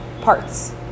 parts